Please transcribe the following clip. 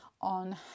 on